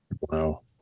Wow